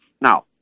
Now